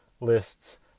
lists